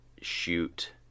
shoot